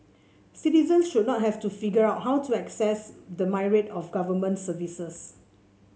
citizens should not have to figure out how to access the myriad of government services